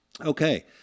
Okay